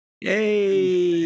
Yay